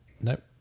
Nope